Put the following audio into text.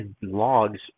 logs